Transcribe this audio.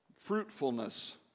Fruitfulness